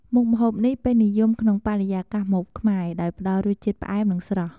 មុខម្ហូបនេះពេញនិយមក្នុងបរិយាកាសម្ហូបខ្មែរ ដោយផ្តល់រសជាតិផ្អែម និងស្រស់។